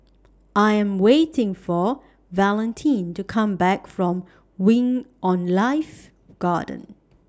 I Am waiting For Valentin to Come Back from Wing on Life Garden